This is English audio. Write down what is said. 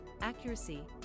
accuracy